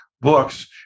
books